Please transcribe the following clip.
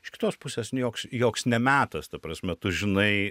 iš kitos pusės ne joks joks ne metas ta prasme tu žinai